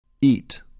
Eat